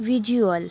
visual